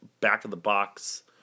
back-of-the-box